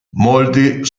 molti